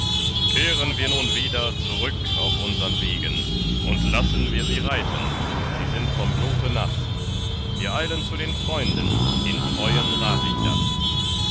kehren wir nun wieder zurück auf unsern wegen und lassen wir sie reiten sie sind vom blute naß wir eilen zu den freunden in treuen rat ich das